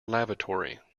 lavatory